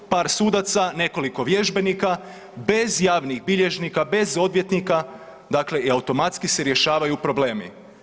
Par sudaca, nekoliko vježbenika, bez javnih bilježnika, bez odvjetnika, dakle i automatski se rješavanju problemi.